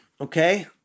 okay